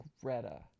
Greta